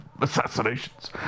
assassinations